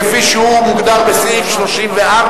כפי שהוא מוגדר בסעיף 34,